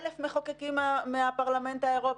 1,000 מחוקקים מהפרלמנט האירופי,